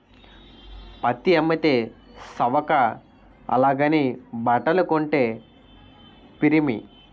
పత్తి అమ్మితే సవక అలాగని బట్టలు కొంతే పిరిమి